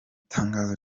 tangazo